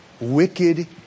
wicked